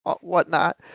whatnot